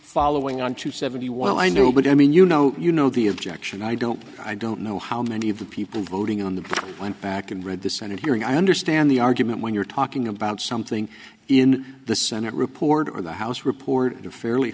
following on to seventy well i know but i mean you know you know the objection i don't i don't know how many of the people voting on the went back and read the senate hearing i understand the argument when you're talking about something in the senate report or the house report a fairly